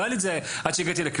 לא היה לי את זה עד שהגעתי לכנסת.